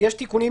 יש תיקונים